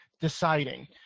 deciding